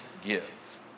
give